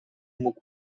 mógł